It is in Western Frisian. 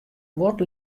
guod